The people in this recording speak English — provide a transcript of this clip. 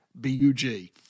B-U-G